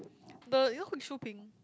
the you know who is Shu-Ping